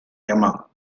yama